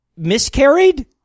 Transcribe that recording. miscarried